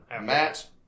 Matt